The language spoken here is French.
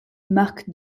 marc